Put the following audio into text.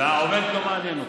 והעובד לא מעניין אותך.